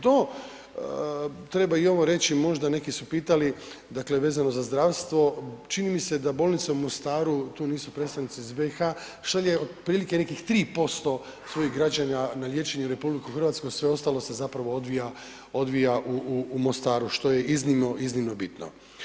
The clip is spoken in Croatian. Do, treba i ovo reći, možda neki su pitali dakle vezano za zdravstvo čini mi se da bolnica u Mostaru, tu nisu predstavnici iz BiH šalje otprilike nekih 3% svojih građana na liječenje u RH, a sve ostalo se zapravo odvija u Mostaru što je iznimno, iznimno bitno.